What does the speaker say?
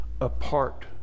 apart